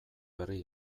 berri